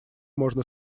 можно